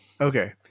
Okay